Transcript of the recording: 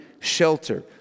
shelter